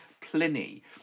Pliny